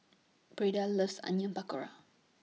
Beda loves Onion Pakora